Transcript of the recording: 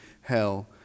hell